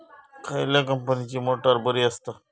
खयल्या कंपनीची मोटार बरी असता?